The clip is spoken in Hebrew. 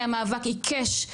היה מאבק עיקש,